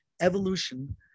Evolution